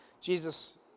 Jesus